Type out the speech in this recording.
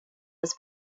was